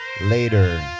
later